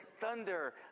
thunder